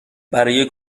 برای